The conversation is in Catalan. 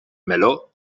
meló